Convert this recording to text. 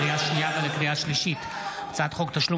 לקריאה שנייה ולקריאה שלישית: הצעת חוק תשלום